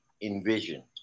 envisioned